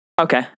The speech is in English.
Okay